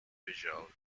visual